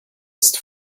ist